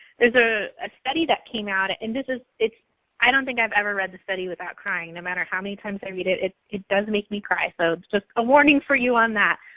there's ah a study that came out, ah and this is, i don't think i've ever read the study without crying no matter how many times i read it. it it does make me cry, so just a warning for you on that.